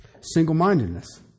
Single-mindedness